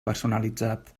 personalitzat